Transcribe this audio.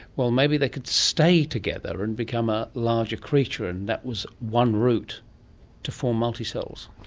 well, maybe they could stay together and become a larger creature, and that was one route to form multicells.